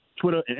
Twitter